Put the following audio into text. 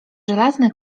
żelazne